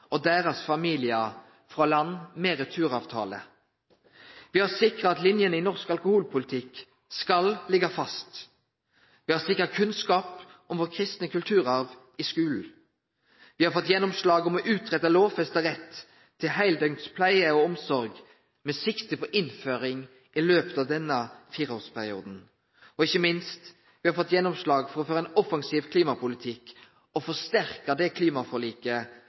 og deira familiar frå land med returavtale. Me har sikra at linjene i norsk alkoholpolitikk skal liggje fast. Me har sikra kunnskap om vår kristne kulturarv i skulen. Me har fått gjennomslag for å greie ut lovfesta rett til heildøgns pleie og omsorg med sikte på innføring i løpet av denne fireårsperioden. Og ikkje minst har me fått gjennomslag for å føre ein offensiv klimapolitikk og styrkje det klimaforliket